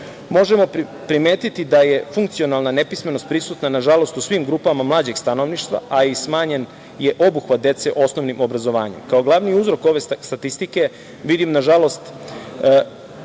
Možemo primetiti da je funkcionalna nepismenost prisutna, nažalost, u svim grupama mlađeg stanovništva, a smanjen je obuhvat dece osnovnim obrazovanjem. Kao glavni uzrok ove statistike, vidim, nažalost,